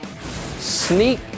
Sneak